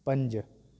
पंज